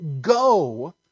go